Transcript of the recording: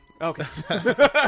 Okay